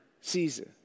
season